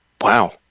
Wow